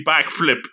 backflip